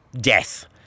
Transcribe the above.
death